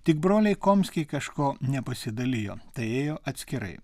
tik broliai komskiai kažko nepasidalijo tai ėjo atskirai